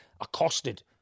accosted